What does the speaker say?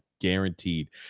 guaranteed